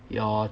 your